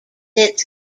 its